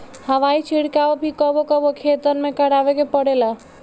हवाई छिड़काव भी कबो कबो खेतन में करावे के पड़ेला